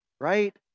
right